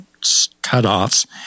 cutoffs